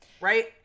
right